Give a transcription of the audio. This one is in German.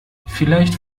vielleicht